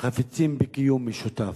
חפצים בקיום משותף.